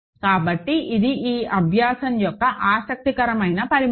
కాబట్టి ఇది ఈ అభ్యాసం యొక్క ఆసక్తికరమైన పరిణామం